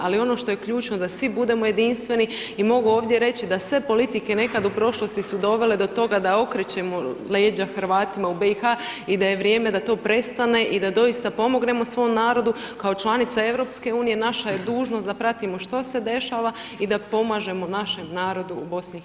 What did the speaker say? Ali ono što je ključno da svi budemo jedinstveni i mogu ovdje reći da sve politike su nekad u prošlost su doveli do toga da okrećemo leđa Hrvatima u BIH i da je vrijeme da to prestane i da doista pomognemo svom narodu, kao članica EU naša je dužnost da pratimo što se dešava i da pomažemo našem narodu u BIH.